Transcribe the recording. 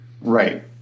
Right